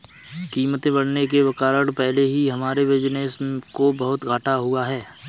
कीमतें बढ़ने के कारण पहले ही हमारे बिज़नेस को बहुत घाटा हुआ है